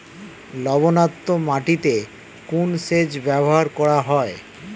লবণাক্ত মাটিতে কোন সেচ ব্যবহার করা হয়?